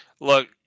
Look